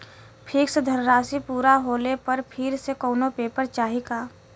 Fix धनराशी पूरा होले पर फिर से कौनो पेपर चाही का?